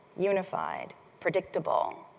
unified, predictable,